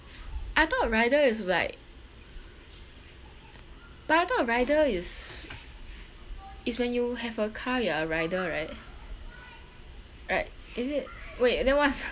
I thought rider is like but I thought rider is is when you have a car you are rider right right is it wait and then what's